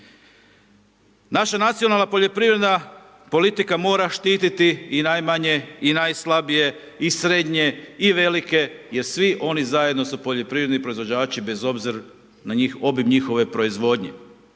Naša nacionalna poljoprivredna politika mora štititi i najmanje i najslabije i srednje i velike jer svi oni zajedno su poljoprivredni proizvođači bez obzira na obim njihove proizvodnje.